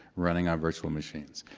running on virtual machines.